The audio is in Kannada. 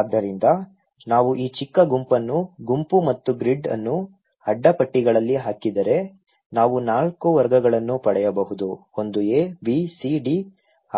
ಆದ್ದರಿಂದ ನಾವು ಈ ಚಿಕ್ಕ ಗುಂಪನ್ನು ಗುಂಪು ಮತ್ತು ಗ್ರಿಡ್ ಅನ್ನು ಅಡ್ಡ ಪಟ್ಟಿಗಳಲ್ಲಿ ಹಾಕಿದರೆ ನಾವು 4 ವರ್ಗಗಳನ್ನು ಪಡೆಯಬಹುದು ಒಂದು A B C D